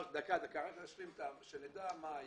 דקה, דקה, רק נשלים את הדברים כדי שנדע מה היה.